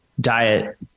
diet